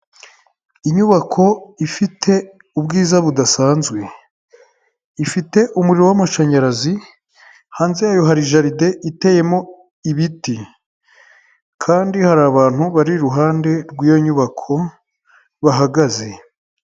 Inyubako ifite ubwiza budasanzwe, ifite umuriro w'amashanyarazi, hanze yayo hari jaride iteyemo ibiti kandi hari abantu bari iruhande rw'iyo nyubako bahagaze.